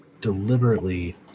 Deliberately